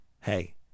Hey